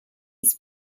ist